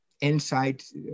insights